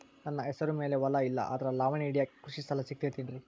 ನನ್ನ ಹೆಸರು ಮ್ಯಾಲೆ ಹೊಲಾ ಇಲ್ಲ ಆದ್ರ ಲಾವಣಿ ಹಿಡಿಯಾಕ್ ಕೃಷಿ ಸಾಲಾ ಸಿಗತೈತಿ ಏನ್ರಿ?